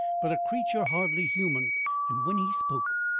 but a creature hardly human, and when he spoke,